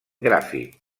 gràfic